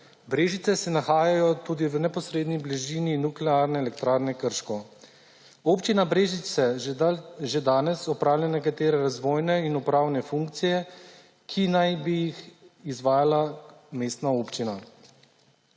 Brežice se nahajajo tudi v neposredni bližini Nuklearne elektrarne Krško. Občina Brežice že danes opravlja nekatere razvojne in upravne funkcije, ki naj bi jih izvajala mestna občina.